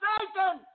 Satan